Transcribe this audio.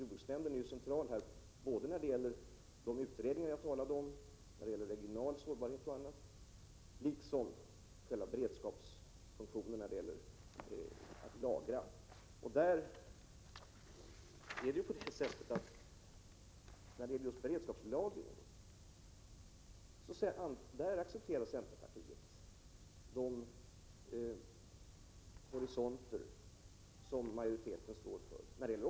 Jordbruksnämnden är ju central härvidlag när det gäller de utredningar som jag talade om rörande regional sårbarhet och när det gäller själva beredskapsfunktionen att lagra. I fråga om just beredskapslagringen accepterar centerpartiet de horisonter som majoriteten står för beträffande olja.